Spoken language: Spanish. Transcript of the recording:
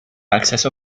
acceso